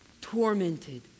tormented